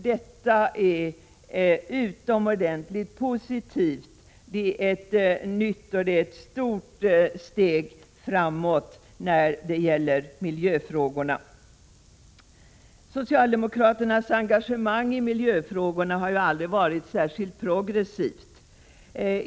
Detta är utomordentligt positivt — det är ett nytt och ett stort steg framåt när det gäller miljöfrågorna. Socialdemokraternas engagemang i miljöfrågorna har aldrig varit särskilt progressivt.